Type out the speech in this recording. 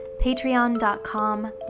patreon.com